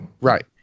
Right